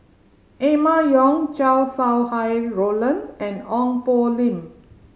Emma Yong Chow Sau Hai Roland and Ong Poh Lim